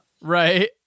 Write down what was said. Right